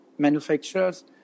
manufacturers